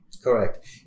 Correct